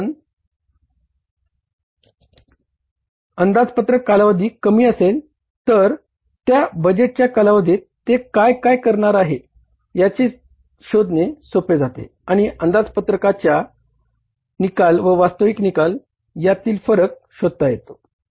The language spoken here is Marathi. म्हणून अंदापत्रकाचा कालावधी कमी असेल तर त्या बजेटच्या कालावधीत ते काय काय करणार आहे हे शोधणे सोपे जाते आणि अंदाजपत्रकाच्या निकाल व वास्तविक निकाल यातील फरक शोधता येतो